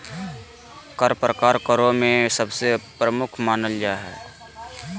कर प्रकार करों में सबसे प्रमुख मानल जा हय